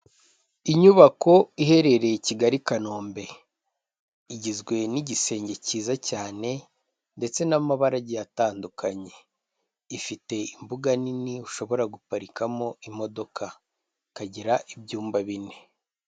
Inyubako iherereye i Kigali, Kanombe, igizwe n'igisenge cyiza cyane ndetse n'amabara agiye atandukanye, ifite imbuga nini ushobora guparikamo imodoka, ikagira ibyumba bine.